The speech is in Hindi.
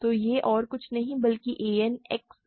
तो यह और कुछ नहीं बल्कि a n बार X n है